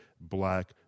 black